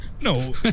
No